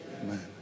Amen